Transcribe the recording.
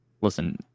listen